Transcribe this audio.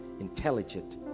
intelligent